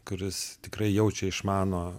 kuris tikrai jaučia išmano